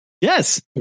Yes